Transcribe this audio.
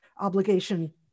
obligation